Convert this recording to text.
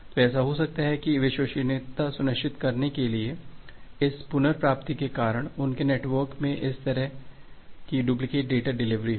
तो ऐसा हो सकता है कि विश्वसनीयता सुनिश्चित करने के लिए इस पुनर्प्राप्ति के कारण उनके नेटवर्क में इस तरह की डुप्लिकेट डेटा डिलीवरी हो